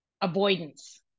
avoidance